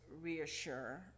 reassure